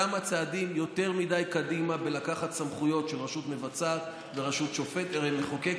כמה צעדים יותר מדי קדימה בלקחת סמכויות של רשות מבצעת ורשות מחוקקת,